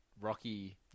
rocky